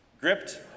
gripped